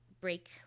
break